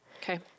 Okay